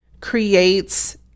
creates